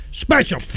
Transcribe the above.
special